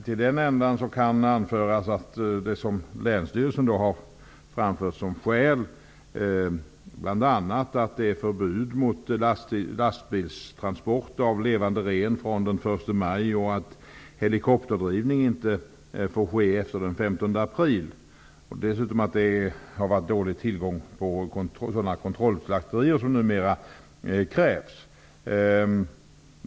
Till den änden kan sägas att Länsstyrelsen som skäl bl.a. har anfört att det råder förbud mot lastbilstransporter av levande ren från den 1 maj och att helikopterdrivning inte får ske efter den 15 april. Dessutom har det varit dålig tillgång på kontrollslakterier, vilket numera krävs.